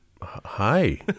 hi